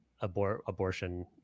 abortion